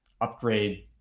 upgrade